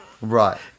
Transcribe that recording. Right